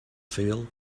field